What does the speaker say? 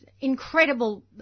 incredible